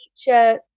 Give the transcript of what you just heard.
teacher